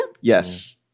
Yes